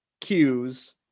cues